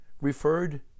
referred